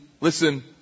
listen